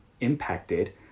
impacted